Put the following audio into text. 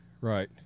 Right